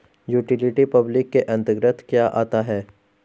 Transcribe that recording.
Utility public के अंतर्गत क्या आता है?